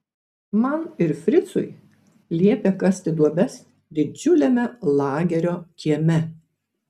man ir fricui liepė kasti duobes didžiuliame lagerio kieme